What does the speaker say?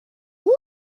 woot